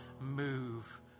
move